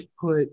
put